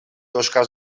oscars